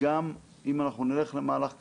אם אנחנו נלך למהלך כזה,